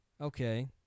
Okay